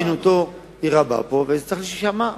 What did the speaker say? שהגינותו רבה והוא צריך להישמע.